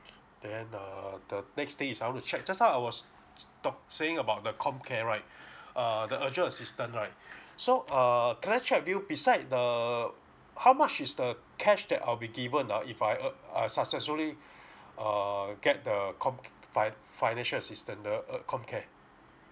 then uh the next thing is I want to check just now I was talk~ saying about the comcare right err the urgent assistant right so err can I check with you beside the how much is the cash that I'll be given ah if I earn I successfully err get the com~ fi~ financial assistant the uh comcare